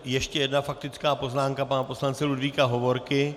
Ještě jedna faktická poznámka pana poslance Ludvíka Hovorky.